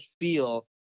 feel